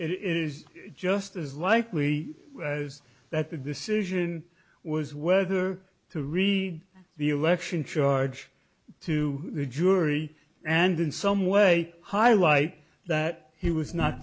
is just as likely that the decision was whether to read the election charge to the jury and in some way highlight that he was not